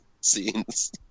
scenes